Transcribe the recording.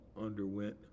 underwent